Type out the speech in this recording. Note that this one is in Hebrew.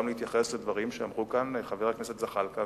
גם להתייחס למה שאמרו כאן חבר הכנסת זחאלקה